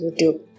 YouTube